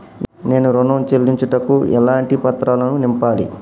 నేను ఋణం చెల్లించుటకు ఎలాంటి పత్రాలను నింపాలి?